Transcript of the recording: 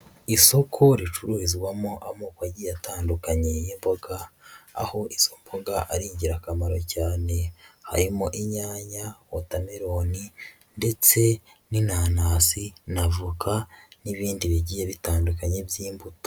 Isoko ricururizwamo amoko agiye atandukanye y'imboga, aho izi mboga ari ingirakamaro cyane, harimo inyanya, watermelon ndetse n'inanasi na avoka n'ibindi bigiye bitandukanye by'imbuto.